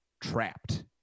trapped